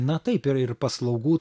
na taip ir ir paslaugų